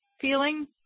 feeling